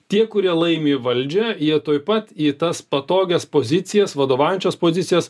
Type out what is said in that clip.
tie kurie laimi valdžią jie tuoj pat į tas patogias pozicijas vadovaujančias pozicijas